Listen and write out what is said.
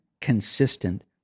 consistent